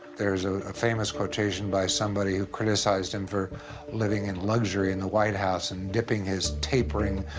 there's a famous quotation by somebody who criticized him for living in luxury in the white house and dipping his tapering,